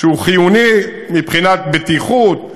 שהוא חיוני מבחינת בטיחות,